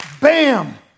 Bam